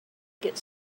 get